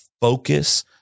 focus